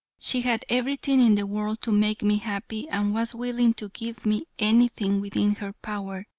she had everything in the world to make me happy and was willing to give me anything within her power,